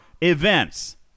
events